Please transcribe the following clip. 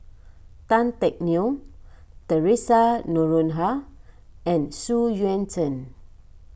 Tan Teck Neo theresa Noronha and Xu Yuan Zhen